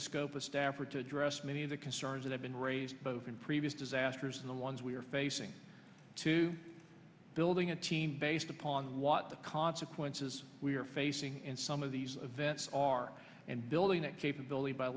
the scope of stafford to address many of the concerns that have been raised both in previous disasters and the ones we are facing to building a team based upon what the consequences we're facing and some of these events are and building that capability by